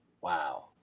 wow